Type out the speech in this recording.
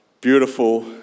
beautiful